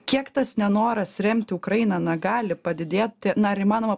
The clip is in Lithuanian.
kiek tas nenoras remti ukrainą na gali padidėti na ar įmanoma